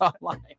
online